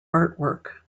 artwork